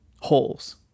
holes